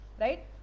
right